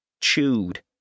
Chewed